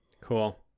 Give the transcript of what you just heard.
Cool